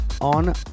on